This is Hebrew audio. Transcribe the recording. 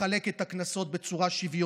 לחלק את הקנסות בצורה שוויונית.